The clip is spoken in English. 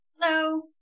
Hello